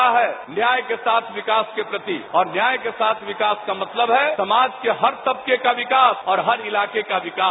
हम लोगों की प्रतिबद्धता है न्याय के साथ विकास के प्रति और न्याय के साथ विकास का मतलब है समाज के हर तबके का विकास और हर इलाके का विकास